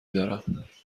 دارم